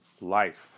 life